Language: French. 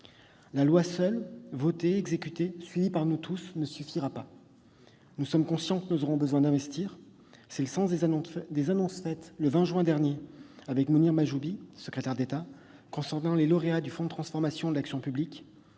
la loi seule, votée, exécutée et suivie par nous tous, ne suffira pas. Nous sommes conscients que nous aurons besoin d'investir. Tel est le sens des annonces faites le 20 juin dernier avec Mounir Mahjoubi, secrétaire d'État, en ce qui concerne les lauréats du Fonds pour la transformation de l'action publique.